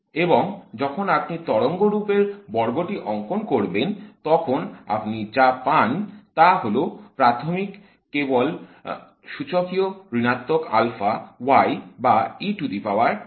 এবং যখন আপনি তরঙ্গরূপ এর বর্গটি অঙ্কন করবেন তখন আপনি যা পান তা হল প্রথমটি কেবল সূচকীয় ঋণাত্মক আলফা y বা